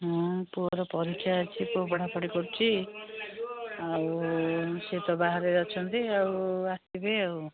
ପୁଅର ପରୀକ୍ଷା ଅଛି ପୁଅ ପଢ଼ା ପଢ଼ି କରୁଛି ଆଉ ସେ ତ ବାହାରେ ଅଛନ୍ତି ଆଉ ଆସିବେ ଆଉ